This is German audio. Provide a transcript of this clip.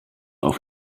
auf